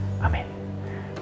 Amen